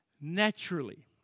naturally